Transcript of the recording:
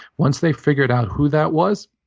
once they figured out who that was,